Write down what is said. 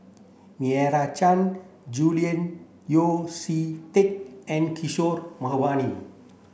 Meira Chand Julian Yeo See Teck and Kishore Mahbubani